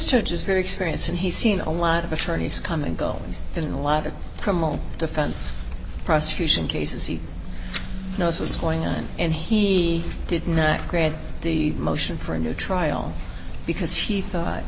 church is very experienced and he's seen a lot of attorneys come and go he's been in a lot of criminal defense prosecution cases he knows what's going on and he did not grant the motion for a new trial because he thought